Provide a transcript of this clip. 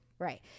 Right